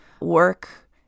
work